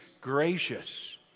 gracious